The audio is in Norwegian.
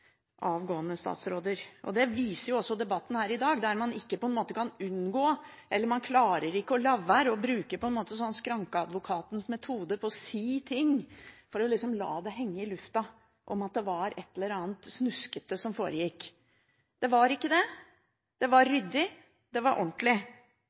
avgående statsråder. Det viser også debatten her i dag, der man ikke kan unngå eller ikke klarer å la være å bruke skrankeadvokatens metode på å si ting for å la det henge i luften om at det var et eller annet snuskete som foregikk. Det var ikke det. Det var